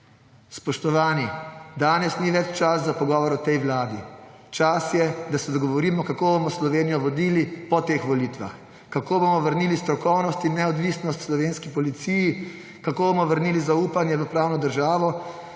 Spoštovani! Danes ni več časa za pogovor o tej vladi. Čas je, da se dogovorimo, kako bomo Slovenijo vodili po teh volitvah, kako bomo vrnili strokovnost in neodvisnost Slovenski policiji, kako bomo vrnili zaupanje v pravno državo,